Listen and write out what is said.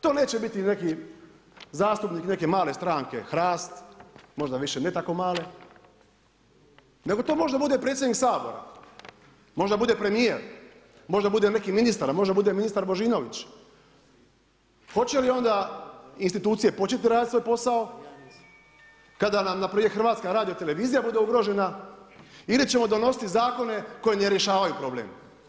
To neće biti neki zastupnik neke male stranke HRAST, možda više ne tako male, nego to možda bude predsjednik SAbora, možda bude premijer, možda bude neki ministar, možda bude ministar Božinović, hoće li onda institucije početi raditi svoj posao kada nam npr. HRT bude ugrožena ili ćemo donositi zakone koji ne rješavaju problem?